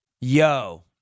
yo